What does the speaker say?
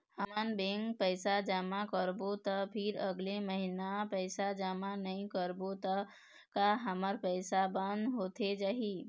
हमन बैंक पैसा जमा करबो ता फिर अगले महीना पैसा जमा नई करबो ता का हमर खाता बंद होथे जाही?